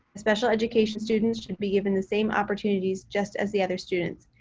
special education students should be given the same opportunities just as the other students.